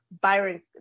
Byron